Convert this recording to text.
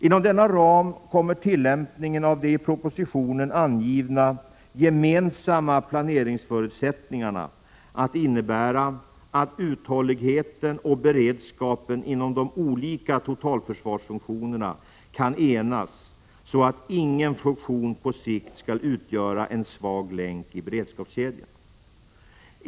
Inom denna ram kommer tillämpningen av de i propositionen angivna gemensamma planeringsförutsättningarna att innebära att uthålligheten och beredskapen inom de olika totalförsvarsfunktionerna kan enas, så att ingen funktion på sikt skall utgöra en svag länk i beredskapskedjan.